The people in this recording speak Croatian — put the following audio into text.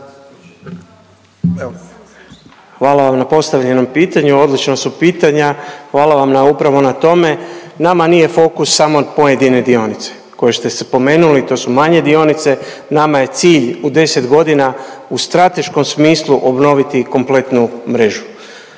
Hvala vam na postavljenom pitanju, odlična su pitanja, hvala vam na upravo na tome. Nama nije fokus samo pojedine dionice koje ste spomenuli, to su manje dionice, nama je cilj u 10 godina u strateškom smislu obnoviti kompletnu mrežu.